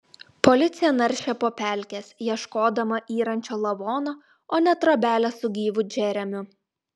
policija naršė po pelkes ieškodama yrančio lavono o ne trobelės su gyvu džeremiu